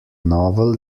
novel